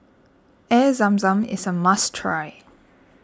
Air Zam Zam is a must try